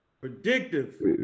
Predictive